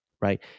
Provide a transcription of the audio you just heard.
right